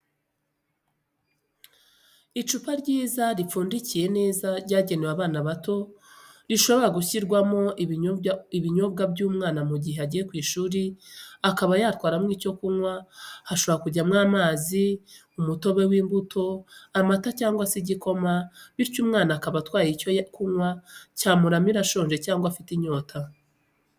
Icupa ryiza ripfundikiye neza ryagenewe abana bato rishobora gushyirwamo ibinyobwa by'umwana mu gihe agiye ku ishuri akaba yatwaramo icyo kunywa hashobora kujyamo amazi umutobe w'imbuto, amata cyangwa se igikoma bityo umwana akaba atwaye icyo kunywa cyamuramira ashonje cyangwa afite inyota